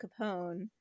Capone